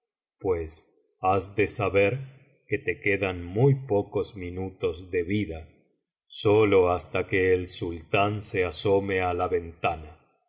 pues has de saber que te quedan muy pocos minutos de vida sólo hasta que el sul biblioteca valenciana generalitat valenciana historia de dulce amiga tan se asome á la ventana